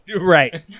Right